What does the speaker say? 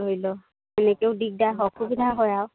ধৰি লওক এনেকৈও দিগদাৰ হয় অসুবিধা হয় আৰু